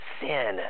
sin